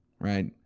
Right